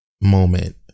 moment